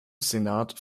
senat